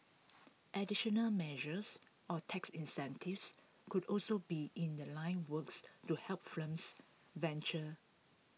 additional measures or tax incentives could also be in The Line works to help firms venture